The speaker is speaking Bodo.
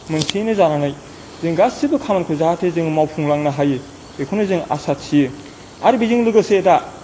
मोनसेयैनो जानानै जों गासैबो खामानिखौ जाहाथे जों मावफुंलांनो हायो बेखौनो जों आसा थियो आरो बेजों लोगोसे दा